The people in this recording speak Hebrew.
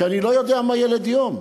ואני לא יודע מה ילד יום.